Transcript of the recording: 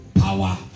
power